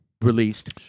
released